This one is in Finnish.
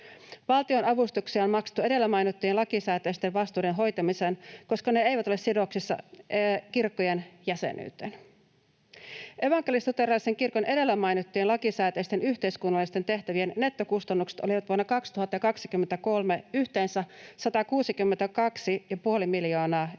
Valtionavustuksia on maksettu edellä mainittujen lakisääteisten vastuiden hoitamiseen, koska ne eivät ole sidoksissa kirkkojen jäsenyyteen. Evankelis-luterilaisen kirkon edellä mainittujen lakisääteisten yhteiskunnallisten tehtävien nettokustannukset olivat vuonna 2023 yhteensä 162,5 miljoonaa euroa.